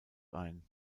ein